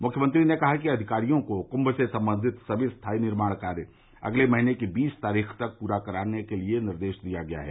मुख्यमंत्री ने कहा कि अधिकारियों को कुम से संबंधित सभी स्थायी निर्माण कार्य अगले महीने की बीस तारीख़ तक पूरा कर लिये जाने का निर्देश दिया गया है